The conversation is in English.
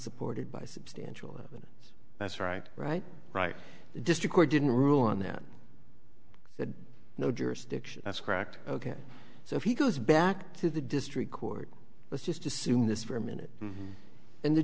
supported by substantial evidence that's right right right district court didn't rule on that that no jurisdiction has cracked ok so if he goes back to the district court let's just assume this for a minute and the